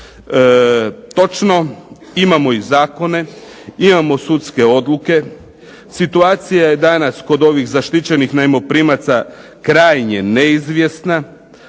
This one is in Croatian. Točno, imamo i zakone, imamo sudske odluke. Situacija je danas kod ovih zaštićenih najmoprimaca krajnje neizvjesna,